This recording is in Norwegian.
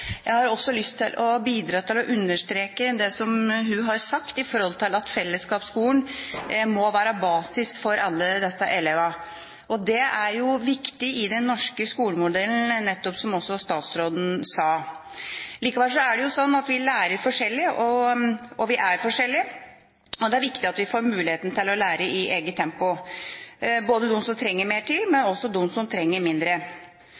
har sagt om at fellesskapsskolen må være basis for alle elever. Det er viktig i den norske skolemodellen, som også statsråden sa. Likevel er det sånn at vi lærer forskjellig, og vi er forskjellige. Det er viktig at vi får mulighet til å lære i eget tempo – både de som trenger mer tid, og også de som trenger mindre.